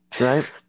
right